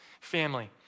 family